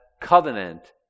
covenant